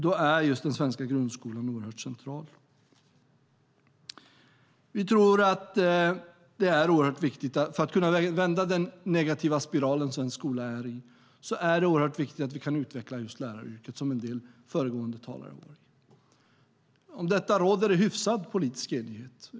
Då är just den svenska grundskolan oerhört central. För att kunna vända den negativa spiral som svensk skola befinner sig i är det oerhört viktigt att vi kan utveckla just läraryrket, som en del av de föregående talarna har sagt. Om detta råder det hyfsad politisk enighet.